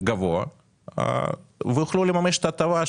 גבוה והם יוכלו לממש את ההטבה.